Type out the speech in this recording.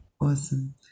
awesome